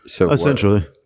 Essentially